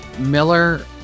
Miller